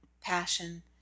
passion